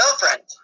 girlfriend